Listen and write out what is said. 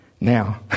Now